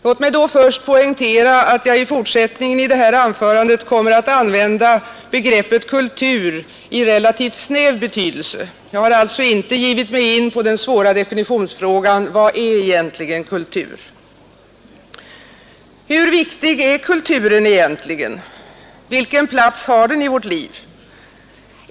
Låt mig först poängtera att jag i fortsättningen av detta anförande kommer att använda begreppet kultur i relativt snäv betydelse — jag har alltså inte givit mig in på den svåra definitionsfrågan: vad är egentligen kultur? Hur viktig är kulturen egentligen? Vilken plats har den i vårt liv?